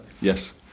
Yes